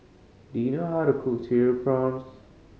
do you know how to cook Cereal Prawns